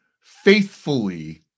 faithfully